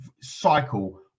cycle